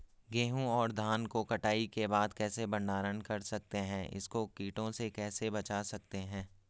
गेहूँ और धान को कटाई के बाद कैसे भंडारण कर सकते हैं इसको कीटों से कैसे बचा सकते हैं?